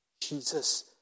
Jesus